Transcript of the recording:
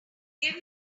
give